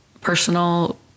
personal